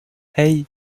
hey